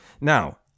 now